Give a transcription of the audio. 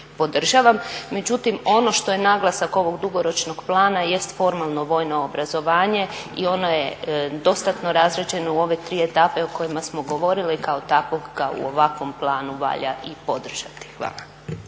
podržavam. Međutim, ono što je naglasak ovog dugoročnog plana jest formalno vojno obrazovanje i ono je dostatno razrađeno u ove tri etape o kojima smo govorili kao takvog ga u ovakvom planu valja i podržati. Hvala.